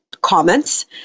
comments